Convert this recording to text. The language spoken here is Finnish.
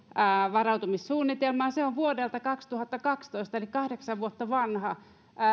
varautumissuunnitelmaan se on vuodelta kaksituhattakaksitoista eli kahdeksan vuotta vanha